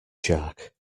shark